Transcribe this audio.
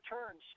returns